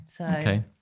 Okay